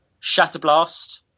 shatterblast